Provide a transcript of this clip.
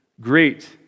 great